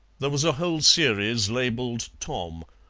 there was a whole series, labelled tom,